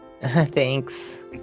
thanks